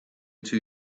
too